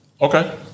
Okay